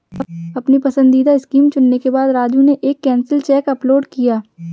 अपनी पसंदीदा स्कीम चुनने के बाद राजू ने एक कैंसिल चेक अपलोड किया